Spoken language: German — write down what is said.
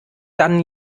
dann